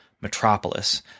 Metropolis